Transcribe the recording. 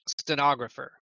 stenographer